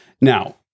Now